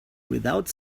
without